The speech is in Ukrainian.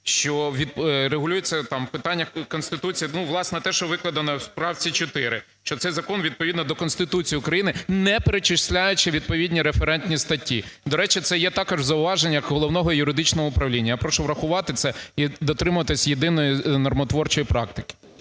що регулюється, там, питання Конституцією, власне, те, що викладено у правці 4, що цей закон відповідно до Конституції України, не перечислюючи відповідні референтні статті. До речі, це є також зауваження Головного юридичного управління. Я прошу врахувати це і дотриматись єдиної нормотворчої практики.